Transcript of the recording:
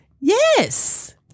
Yes